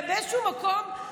באיזשהו מקום,